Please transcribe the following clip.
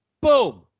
boom